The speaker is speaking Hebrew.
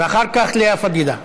ואחר כך, לאה פדידה.